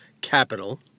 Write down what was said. capital